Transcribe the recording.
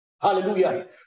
Hallelujah